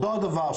אותו הדבר,